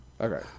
Okay